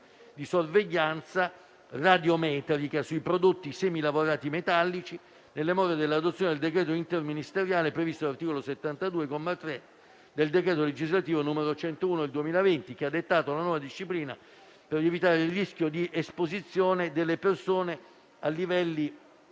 di sorveglianza radiometrica sui prodotti semilavorati metallici, nelle more dell'adozione del decreto interministeriale previsto dall'articolo 72, comma 3, del decreto legislativo n. 101 del 2020, che ha dettato la nuova disciplina per limitare il rischio di esposizione delle persone a livelli